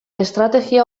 estrategia